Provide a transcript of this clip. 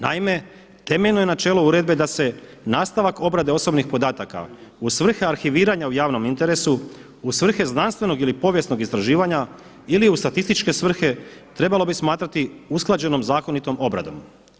Naime, temeljno je načelo uredbe da se nastavak obrade osobnih podataka u svrhe arhiviranja u javnom interesu, u svrhe znanstvenog ili povijesnog istraživanja ili u statističke svrhe trebalo bi smatrati usklađenom zakonitom obradom.